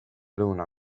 lõuna